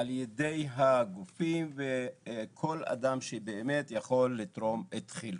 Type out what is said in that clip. על ידי הגופים וכל אדם שיכול לתרום את חלקו.